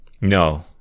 no